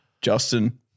Justin